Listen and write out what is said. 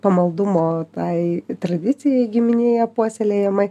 pamaldumo tai tradicijai giminėje puoselėjamai